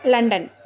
London